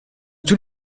tous